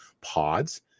pods